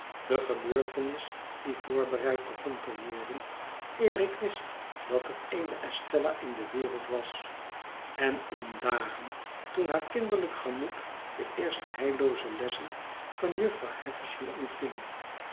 de gebeurtenis die voorbereid begon te worden eer ik wist dat er eene estella in de wereld was en in dagen toen haar kinderlijk gemoed de eerste heillooze lessen van jufvrouw havisham ontving